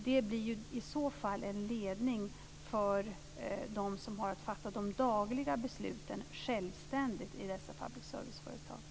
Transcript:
Det blir i så fall en ledning för dem som har att fatta de dagliga besluten självständigt i dessa public service-företag.